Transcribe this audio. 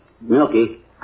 milky